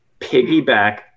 Piggyback